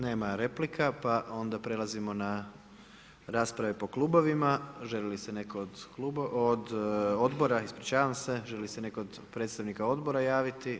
Nema replika, pa onda prelazimo na rasprave po klubovima, želi li se netko od odbora, ispucavam se, želi li se netko od predstavnika odbora javiti?